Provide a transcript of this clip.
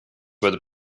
where